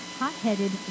hot-headed